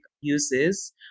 uses